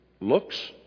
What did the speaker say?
looks